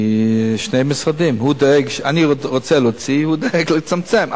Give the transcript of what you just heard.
כי שני משרדים, אני רוצה להוציא, הוא דואג לצמצם.